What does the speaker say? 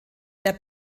der